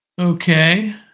Okay